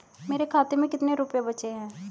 मेरे खाते में कितने रुपये बचे हैं?